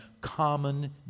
common